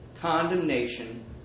condemnation